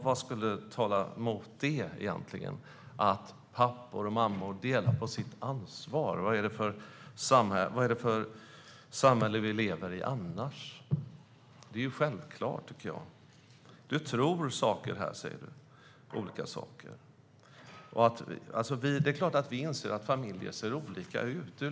Vad skulle tala mot att pappor och mammor delar sitt ansvar? Vad är det för samhälle vi annars lever i? Jag tycker att detta är självklart. Du tror saker, säger du. Det är klart att vi inser att familjer ser olika ut.